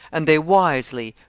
and they wisely,